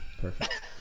Perfect